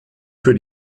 für